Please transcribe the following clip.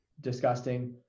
disgusting